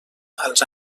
als